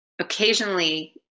occasionally